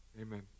Amen